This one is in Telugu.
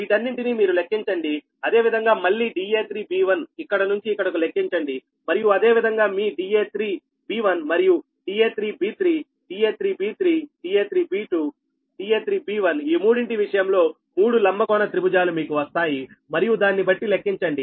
వీటన్నింటినీ మీరు లెక్కించండి అదేవిధంగా మళ్లీ da3b1 ఇక్కడ నుంచి ఇక్కడకు లెక్కించండి మరియు అదేవిధంగా మీ da3b1 మరియు da3b3 da3b3 da3b2 da3b1 ఈ మూడింటి విషయంలో 3 లంబకోణ త్రిభుజాలు మీకు వస్తాయి మరియు దాన్నిబట్టి లెక్కించండి